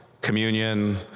communion